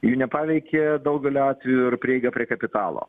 jų nepaveikė daugeliu atvejų ir prieiga prie kapitalo